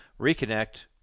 reconnect